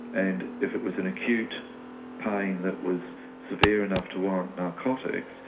and if it was an acute pain that was severe enough to warrant narcotics,